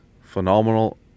phenomenal